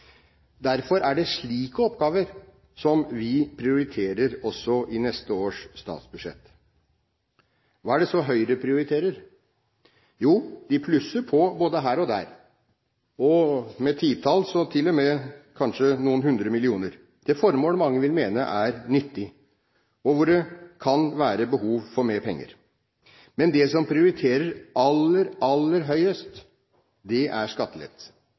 Derfor er det slike oppgaver vi prioriterer også i neste års statsbudsjett. Hva er det så Høyre prioriterer? Jo, de plusser på både her og der – med titalls millioner og til og med kanskje noen hundre millioner til formål mange vil mene er nyttige, og hvor det kan være behov for mer penger. Men det som prioriteres aller, aller høyest, er skattelettelse – 12,6 mrd. kr. Av dette er det